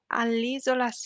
all'isola